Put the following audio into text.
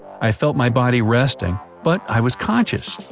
i felt my body resting, but i was conscious.